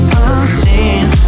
unseen